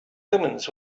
omens